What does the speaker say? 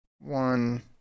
one